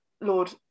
Lord